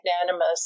magnanimous